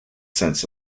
sense